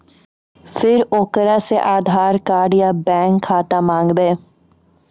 फिर ओकरा से आधार कद्दू या बैंक खाता माँगबै?